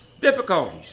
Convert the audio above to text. difficulties